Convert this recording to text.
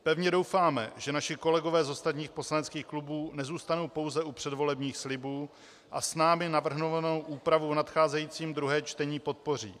Pevně doufáme, že naši kolegové z ostatních poslaneckých klubů nezůstanou pouze u předvolebních slibů a námi navrhovanou úpravu v nadcházejícím druhém čtení podpoří.